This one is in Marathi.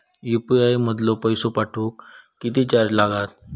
यू.पी.आय मधलो पैसो पाठवुक किती चार्ज लागात?